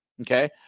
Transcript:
okay